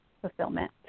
fulfillment